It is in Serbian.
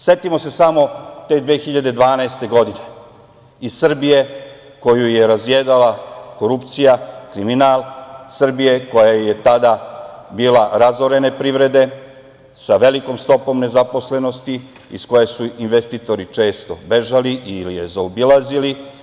Setimo se samo te 2012. godine i Srbije koju je razjedala korupcija, kriminal, Srbije koja je tada bila razorene privrede, sa velikom stopom nezaposlenosti, iz koje su investitori često bežali ili je zaobilazili.